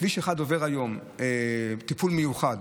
כביש 1 עובר היום טיפול מיוחד,